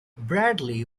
bradley